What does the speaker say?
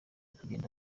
kugenda